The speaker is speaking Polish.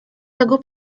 tego